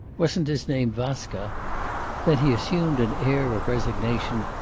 wasn't his name vaska then he assumed an air of resignation,